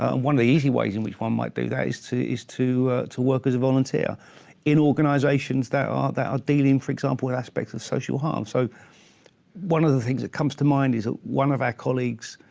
and one of the easy ways in which one might do that is to is to work as a volunteer in organisations that ah that are dealing, for example, with aspects of social harm. so one of the things that comes to mind is ah one of our colleagues,